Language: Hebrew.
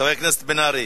חבר הכנסת מיכאל בן-ארי.